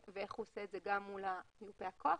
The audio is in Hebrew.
ואיך הוא עושה את זה גם מול מיופה הכוח